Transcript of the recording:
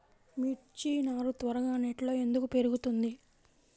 మిర్చి నారు త్వరగా నెట్లో ఎందుకు పెరుగుతుంది?